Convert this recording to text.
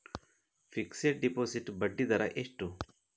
Fixed deposit ಬಡ್ಡಿ ದರ ಎಷ್ಟು?